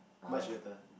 much better